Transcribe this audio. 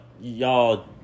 y'all